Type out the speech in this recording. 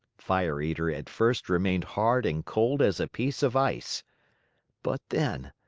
fire eater at first remained hard and cold as a piece of ice but then,